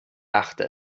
dachte